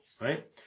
right